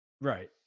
Right